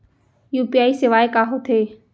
UPI सेवाएं का होथे